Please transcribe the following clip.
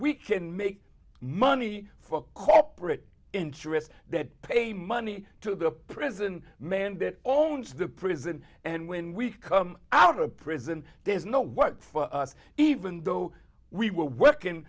we can make money for corporate interests that pay money to the prison man that owns the prison and when we come out of prison there's no what for us even though we were working